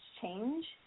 change